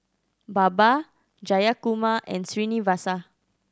Baba Jayakumar and Srinivasa